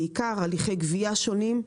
בעיקר הליכי גבייה שונים.